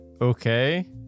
Okay